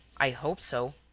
i hope so.